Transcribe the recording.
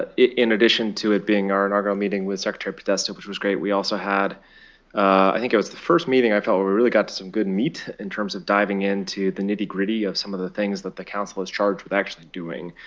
in addition to it being our inaugural meeting with secretary podesta, which was great, we also had i think it was the first meeting i felt we really got to some good meat in terms of diving into the nitty-gritty of some of the things that the council is charged with actually doing.